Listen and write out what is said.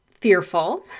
fearful